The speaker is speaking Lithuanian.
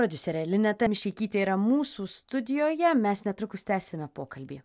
prodiuserė lineta mišeikytė yra mūsų studijoje mes netrukus tęsime pokalbį